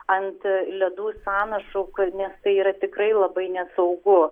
ant ledų sąnašų kur net tai yra tikrai labai nesaugu